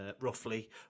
roughly